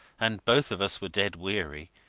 and both of us were dead weary,